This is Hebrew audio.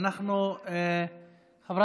ההצעה להעביר את הנושא לוועדת החינוך,